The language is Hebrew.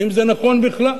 האם זה נכון בכלל?